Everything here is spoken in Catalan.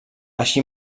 així